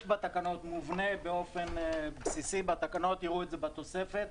יש בתקנות מובנה באופן בסיסי תראו את זה בתוספת,